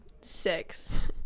six